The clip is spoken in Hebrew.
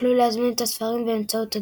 יכלו להזמין את הספרים באמצעות הדואר.